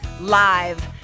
Live